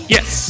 Yes